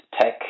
tech